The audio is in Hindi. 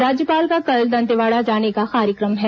राज्यपाल का कल दंतेवाड़ा जाने का कार्यक्रम है